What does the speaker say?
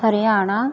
Haryana